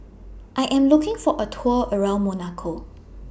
I Am looking For A Tour around Monaco